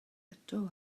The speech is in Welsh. eto